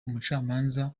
umucamanza